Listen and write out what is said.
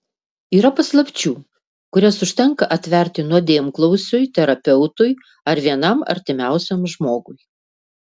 yra paslapčių kurias užtenka atverti nuodėmklausiui terapeutui ar vienam artimiausiam žmogui